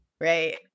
Right